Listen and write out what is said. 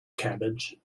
cabbage